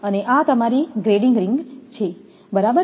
અને આ તમારી ગ્રેડિંગ રીંગ છે બરાબર